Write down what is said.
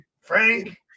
Frank